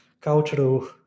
cultural